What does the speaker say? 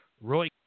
Roy